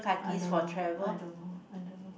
I don't know I don't know I don't know